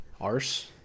Arse